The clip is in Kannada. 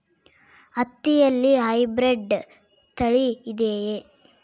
ಹತ್ತಿಯಲ್ಲಿ ಹೈಬ್ರಿಡ್ ತಳಿ ಇದೆಯೇ?